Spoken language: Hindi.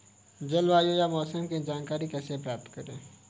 जलवायु या मौसम की जानकारी कैसे प्राप्त करें?